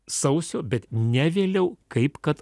sausio bet ne vėliau kaip kad